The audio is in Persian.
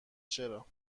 چرا